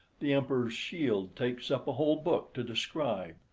the emperor's shield takes up a whole book to describe.